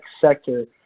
sector